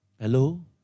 Hello